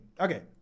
okay